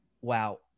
Wow